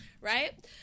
right